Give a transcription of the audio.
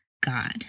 God